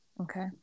Okay